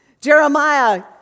Jeremiah